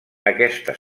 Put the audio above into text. aquesta